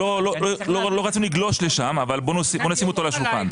לא רוצה לגלוש לשם, אבל נשים אותו על השולחן.